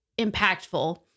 impactful